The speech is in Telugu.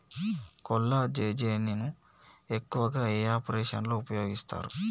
కొల్లాజెజేని ను ఎక్కువగా ఏ ఆపరేషన్లలో ఉపయోగిస్తారు?